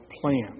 plan